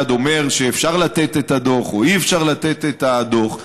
אומר שאפשר לתת את הדוח או אי-אפשר לתת את הדוח?